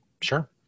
Sure